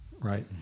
right